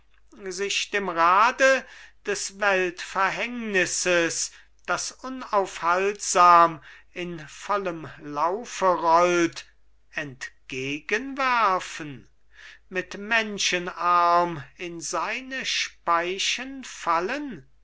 sich dem rade des weltverhängnisses das unaufhaltsam in vollem laufe rollt entgegenwerfen mit menschenarm in seine speichen fallen